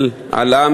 של העלאה